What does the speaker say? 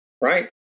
right